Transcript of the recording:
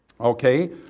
okay